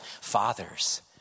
fathers